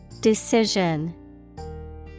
Decision